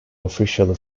officially